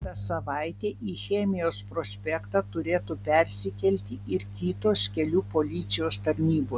kitą savaitę į chemijos prospektą turėtų persikelti ir kitos kelių policijos tarnybos